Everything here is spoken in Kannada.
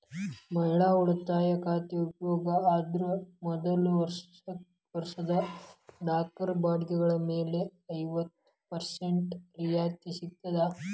ಮಹಿಳಾ ಉಳಿತಾಯ ಖಾತೆ ಉಪಯೋಗ ಅಂದ್ರ ಮೊದಲ ವರ್ಷದ ಲಾಕರ್ ಬಾಡಿಗೆಗಳ ಮೇಲೆ ಐವತ್ತ ಪರ್ಸೆಂಟ್ ರಿಯಾಯಿತಿ ಸಿಗ್ತದ